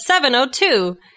702